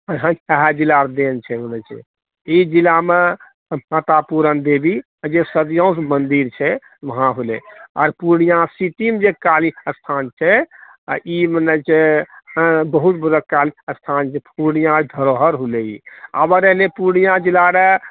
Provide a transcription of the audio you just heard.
इएह जिलाके देन छै ई जिलामे माता पूरन देवी जे सदियोसँ मन्दिर छै वहाँ होलै आर पूर्णिया सिटीमे जे काली स्थान छै ई मने जे बहुत बड़ा काली स्थान छै पूर्णिया धरोहर होलै ई अबर एने पूर्णिया जिला रऽ